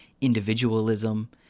individualism